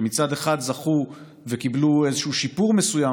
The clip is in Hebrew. שמצד אחד זכו וקיבלו איזשהו שיפור מסוים,